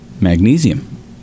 magnesium